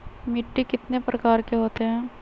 मिट्टी कितने प्रकार के होते हैं?